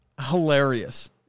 hilarious